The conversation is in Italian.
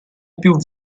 più